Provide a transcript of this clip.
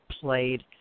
played